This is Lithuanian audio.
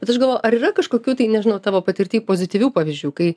bet aš galvojau ar yra kažkokių tai nežinau tavo patirty pozityvių pavyzdžių kai